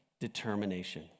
determination